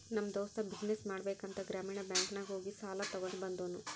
ನಮ್ ದೋಸ್ತ ಬಿಸಿನ್ನೆಸ್ ಮಾಡ್ಬೇಕ ಅಂತ್ ಗ್ರಾಮೀಣ ಬ್ಯಾಂಕ್ ನಾಗ್ ಹೋಗಿ ಸಾಲ ತಗೊಂಡ್ ಬಂದೂನು